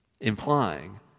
implying